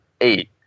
eight